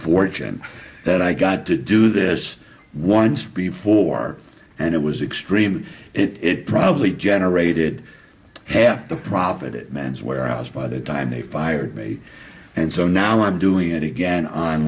fortune that i got to do this once before and it was extreme it probably generated half the profit man's where i was by the time they fired me and so now i'm doing it again on